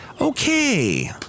Okay